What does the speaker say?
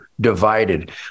divided